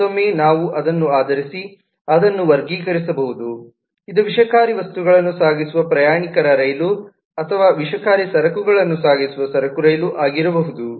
ಮತ್ತೊಮ್ಮೆ ನಾವು ಅದನ್ನು ಆಧರಿಸಿ ಅದನ್ನು ವರ್ಗೀಕರಿಸಬಹುದು ಇದು ವಿಷಕಾರಿ ವಸ್ತುಗಳನ್ನು ಸಾಗಿಸುವ ಪ್ರಯಾಣಿಕರ ರೈಲು ಅಥವಾ ವಿಷಕಾರಿ ಸರಕುಗಳನ್ನು ಸಾಗಿಸುವ ಸರಕು ರೈಲು ಆಗಿರಬಹುದು